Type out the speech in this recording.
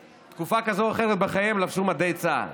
בתקופה כזאת או אחרת בחיים הם לבשו מדי צה"ל,